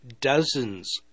dozens